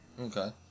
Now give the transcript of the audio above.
Okay